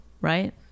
right